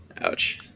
Ouch